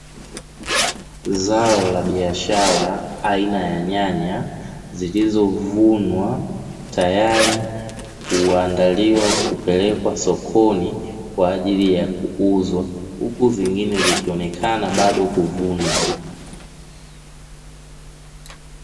Zao la biashara aina ya nyanya, zilizovunwa tayari kuandaliwa kupelekwa sokoni kwa ajili ya kuuzwa, huku zingine zikionekana bado kuvunwa.